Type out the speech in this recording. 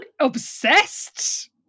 Obsessed